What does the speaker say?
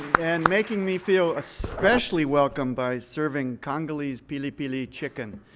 and making me feel especially welcome by serving congolese pili-pili chicken.